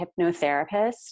hypnotherapist